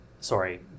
sorry